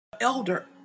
elder